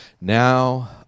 now